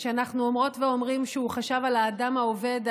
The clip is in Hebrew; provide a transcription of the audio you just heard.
כשאנחנו אומרות ואומרים שהוא חשב על האדם העובד,